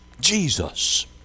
Jesus